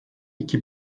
iki